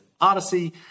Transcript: Odyssey